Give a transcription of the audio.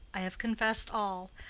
i have confessed all.